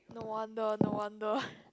no wonder no wonder